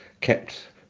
kept